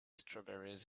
strawberries